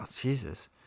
Jesus